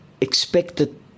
expected